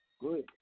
Good